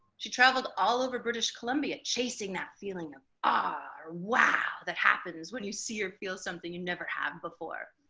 she travelled all over british columbia, chasing that feeling of ah or wow that happens when you see or feel something you never had before.